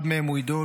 אחד מהם הוא עידו,